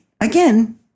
Again